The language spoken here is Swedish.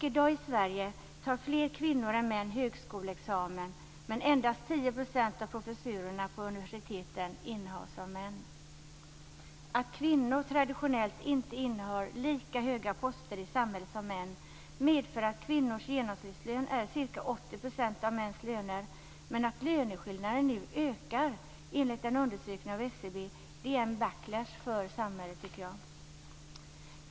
I dag i Sverige tar fler kvinnor än män högskoleexamen, men endast 10 % av professurerna på universiteten innehas av kvinnor. Att kvinnor traditionellt inte innehar lika höga poster i samhället som män medför att kvinnors genomsnittslön är ca 80 % av mäns löner. Att löneskillnaderna nu ökar, enligt en undersökning av SCB, är en backlash för samhället, tycker jag.